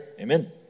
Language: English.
Amen